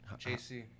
JC